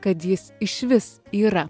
kad jis išvis yra